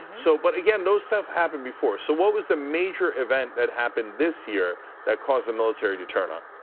so but again, no stuff happened before, so what was the major event that happened this year that caused the military to turn on,